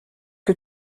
que